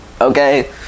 okay